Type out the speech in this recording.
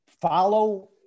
follow